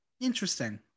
interesting